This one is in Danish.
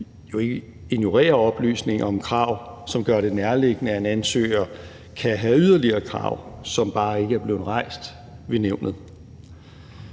jo ikke ignorere oplysninger om krav, som gør det nærliggende, at en ansøger kan have yderligere krav, som bare ikke er blevet rejst ved nævnet.